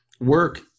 work